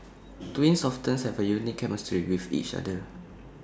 twins often have A unique chemistry with each other